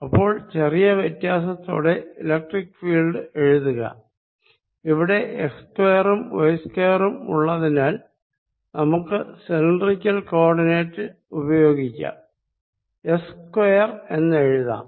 അപ്പോൾ ചെറിയ വ്യത്യസത്തോടെ ഇലക്ട്രിക്ക് ഫീൽഡ് എഴുതുക ഇവിടെ x സ്ക്വയറും y സ്ക്വയറും ഉള്ളതിനാൽ നമുക്ക് സിലിണ്ടറിക്കൽ കോ ഓർഡിനേറ്റ് ഉപയോഗിക്കാം s സ്ക്വയർ എന്ന് എഴുതാം